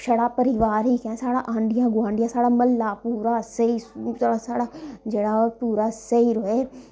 छड़ा परिवार ई कैंह् साढ़ा आंढियें गुआंढियें साढ़ा म्ह्ल्ला पूरा स्होई साढ़ा जेह्ड़ा पूरा स्हेई रवै